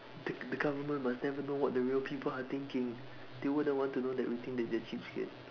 the the government must never know what the real people are thinking they wouldn't want to know that we think that they are cheapskate